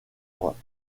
droite